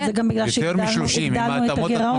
אבל זה גם בגלל שהגדלנו את הגירעון,